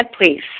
please